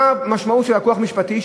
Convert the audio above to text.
מה המשמעות של לקוח משפטי?